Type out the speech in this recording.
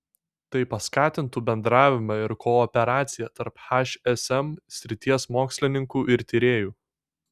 tai paskatintų bendravimą ir kooperaciją tarp hsm srities mokslininkų ir tyrėjų